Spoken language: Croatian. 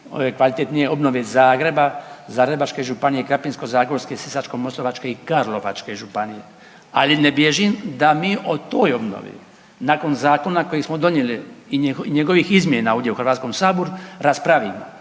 kvalitetnije ove obnove Zagreba, Zagrebačke županije, Krapinsko-zagorske, Sisačko-moslavačke i Karlovačke županije, ali ne bježim da mi o toj obnovi nakon zakona koji smo donijeli i njegovih izmjena ovdje u Hrvatskom saboru raspravimo.